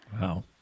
Wow